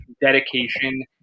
dedication